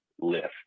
lift